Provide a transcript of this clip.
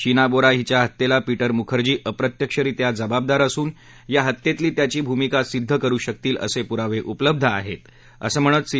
शीना बोरा हिच्या हत्येला पी उ मुखर्जी अप्रत्यक्षरित्या जबाबदार असून या हत्येतली त्याची भूमिका सिद्ध करू शकतील असे पुरावे उपलब्ध आहेत असं म्हणत सी